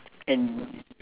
and